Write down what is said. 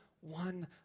one